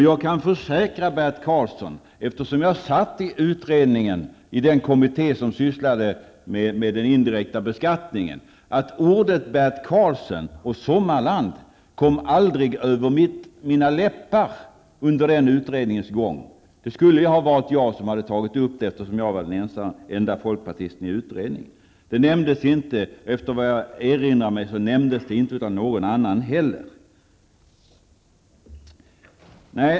Jag kan försäkra Bert Karlsson, eftersom jag satt i den kommitté som sysslade med den indirekta beskattningen, att orden Bert Karlsson och Sommarland aldrig kom över mina läppar under den utredningens gång. Det skulle ha varit jag som tog upp det eftersom jag var den ende folkpartisten som satt med i utredningen. Såvitt jag kan erinra mig nämndes de orden inte av någon annan heller.